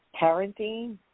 parenting